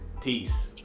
Peace